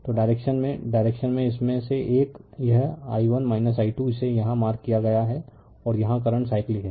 तो डायरेक्शन में डायरेक्शन में इसमें से एक यह i1 i 2 इसे यहां मार्क किया गया है और यहां करंट साइक्लिक है